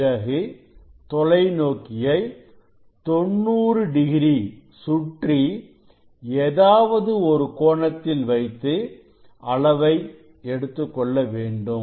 பிறகு தொலைநோக்கியை 90 டிகிரி சுற்றி ஏதாவது ஒரு கோணத்தில் வைத்து அளவை எடுத்துக் கொள்ள வேண்டும்